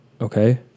okay